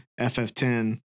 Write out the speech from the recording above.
FF10